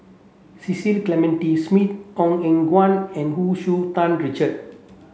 Cecil Clementi Smith Ong Eng Guan and Hu Tsu Tau Richard